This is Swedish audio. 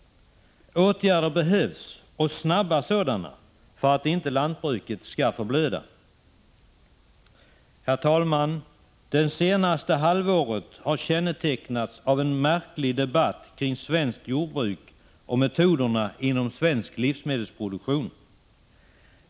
Åtgärder behövs, och snara sådana, för att inte lantbruket skall förblöda. Herr talman! Det senaste halvåret har kännetecknats av en märklig debatt om svenskt jordbruk och metoderna inom svensk livsmedelsproduktion.